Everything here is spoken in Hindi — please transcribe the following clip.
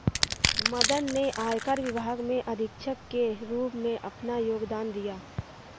मदन ने आयकर विभाग में अधीक्षक के रूप में अपना योगदान दिया